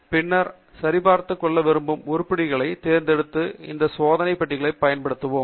பின்னர் நாம் சரிபார்த்துக்கொள்ள விரும்பும் உருப்படிகளைத் தேர்ந்தெடுக்க இந்த சோதனை பெட்டிகளைப் பயன்படுத்துவோம்